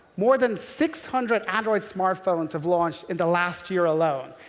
more than six hundred android smartphones have launched in the last year alone.